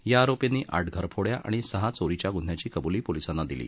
या आरोर्पीनी आठ घरफोड्या आणि सहा चोरीच्या ग्न्ह्याची कब्ली पोलिसांना दिली